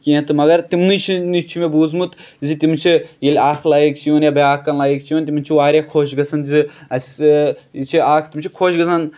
کیٚنہہ تہٕ مَگر تِمنٕے چھُ نِش چھُ مےٚ بوٗزمُت زِ تِم چھِ ییٚلہِ اکھ لایِک چھِ یِوان یا بیاکھ کانہہ لایِک چھِ یِوان تِمن چھُ واریاہ خۄش گژھان زِ اَسہِ یہِ چھُ اکھ تِم چھِ خۄش گژھان